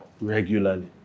regularly